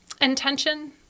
intention